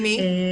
עם מי?